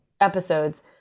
episodes